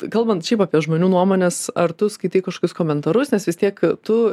kalbant šiaip apie žmonių nuomones ar tu skaitai kažkokius komentarus nes vis tiek tu